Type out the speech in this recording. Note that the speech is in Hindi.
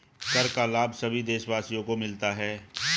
कर का लाभ सभी देशवासियों को मिलता है